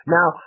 Now